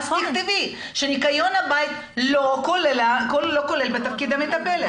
תכתבי שניקיון הבית לא כלול בתפקיד המטפלת.